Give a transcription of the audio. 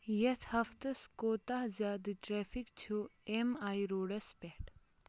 یَتھ ہَفتَس کوتاہ زیادٕ ٹرٛیفِک چھُ اٮ۪م آی روڈَس پٮ۪ٹھ